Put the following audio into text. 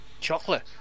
Chocolate